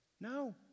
No